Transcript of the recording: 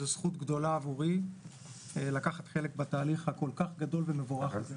זאת זכות גדולה עבורי לקחת חלק בתהליך הגדול והמבורך הזה.